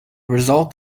result